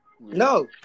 No